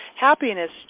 happiness